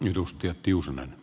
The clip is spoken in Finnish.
herra puhemies